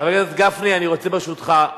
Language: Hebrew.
חבר הכנסת גפני, אני רוצה, ברשותך,